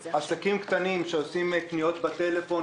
עסקים קטנים שעושים אצלם קניות בטלפון